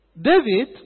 David